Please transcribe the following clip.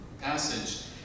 passage